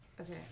Okay